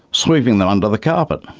sweeping them under the carpet.